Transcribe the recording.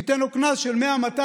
ניתן לו קנס של 100,000,